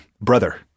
brother